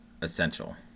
essential